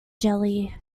jelly